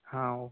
हाँ वो